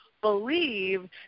believe